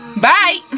bye